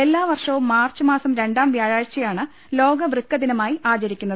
എല്ലാവർഷവും മാർച്ച് മാസം രണ്ടാം വ്യാഴാഴ്ചയാണ് ലോക വൃക്കദിനമായി ആചരിക്കുന്നത്